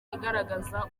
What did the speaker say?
igaragaza